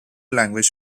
language